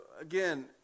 again